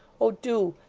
oh do!